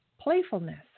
playfulness